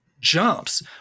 jumps